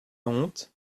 honte